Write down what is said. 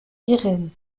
irène